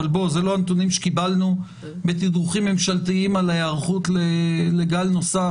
אבל אלה לא הנתונים שקיבלנו בתדרוכים ממשלתיים על היערכות לגל נוסף,